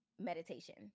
meditation